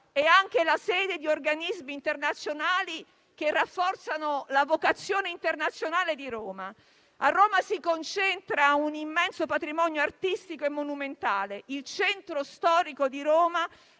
è anche la sede di organismi internazionali che rafforzano la vocazione internazionale di Roma. A Roma si concentra un immenso patrimonio artistico e monumentale; il centro storico di Roma è